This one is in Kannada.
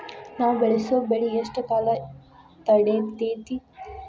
ನಾವು ಬೆಳಸೋ ಬೆಳಿ ಎಷ್ಟು ಕಾಲ ತಡೇತೇತಿ?